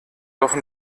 doch